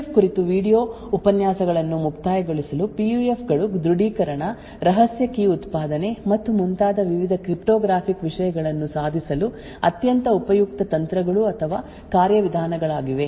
PUF ಕುರಿತು video ಉಪನ್ಯಾಸಗಳನ್ನು ಮುಕ್ತಾಯಗೊಳಿಸಲು ಪಿಯುಎಫ್ ಗಳು ದೃಢೀಕರಣ ರಹಸ್ಯ ಕೀ ಲಿ ಉತ್ಪಾದನೆ ಮತ್ತು ಮುಂತಾದ ವಿವಿಧ ಕ್ರಿಪ್ಟೋಗ್ರಾಫಿಕ್ ವಿಷಯಗಳನ್ನು ಸಾಧಿಸಲು ಅತ್ಯಂತ ಉಪಯುಕ್ತ ತಂತ್ರಗಳು ಅಥವಾ ಕಾರ್ಯವಿಧಾನಗಳಾಗಿವೆ